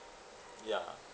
ya